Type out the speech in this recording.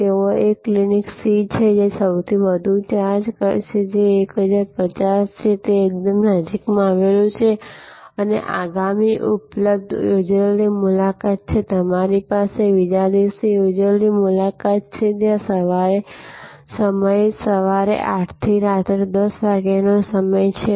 અને ત્યાં એક ક્લિનિક C છે જે સૌથી વધુ ચાર્જ કરે છે જે 1050 છે અને તે એકદમ નજીકમાં આવેલું છે અને આગામી ઉપલબ્ધ યોજેલી મુલાકાત છે તમારી પાસે બીજા દિવસે યોજેલી મુલાકાત છે અને ત્યાં સવારે 8 થી રાત્રે 10 વાગ્યાનો સમય છે